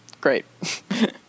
great